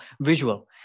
visual